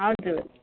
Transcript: हजुर